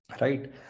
right